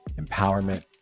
empowerment